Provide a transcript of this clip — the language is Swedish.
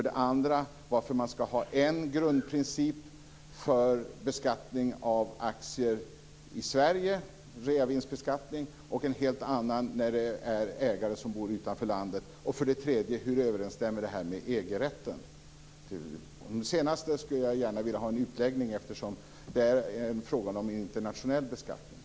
Den andra gällde varför man ska ha en grundprincip för beskattning av aktier i Sverige, alltså reavinstbeskattning, och en helt annan när det är ägare som bor utanför landet. Den tredje gällde hur detta överensstämmer med EG-rätten. På den senare punkten skulle jag gärna vilja ha en utläggning. Det här är ju fråga om en internationell beskattning.